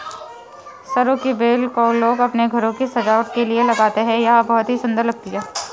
सरू की बेल को लोग अपने घरों की सजावट के लिए लगाते हैं यह बहुत ही सुंदर लगती है